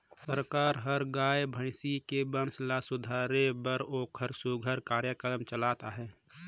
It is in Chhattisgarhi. सरकार हर गाय, भइसी के बंस ल सुधारे बर ओखर सुधार कार्यकरम चलात अहे